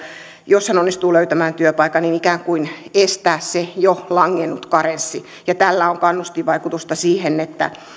jos hän onnistuu löytämään työpaikan ikään kuin estää se jo langennut karenssi tällä on kannustinvaikutusta siihen että